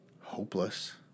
hopeless